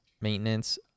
maintenance